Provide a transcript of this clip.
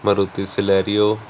Maruti Celerio